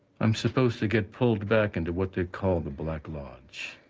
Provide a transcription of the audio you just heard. i'm supposed to get pulled back into what they call the black lodge,